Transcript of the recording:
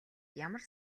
ямар